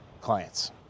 clients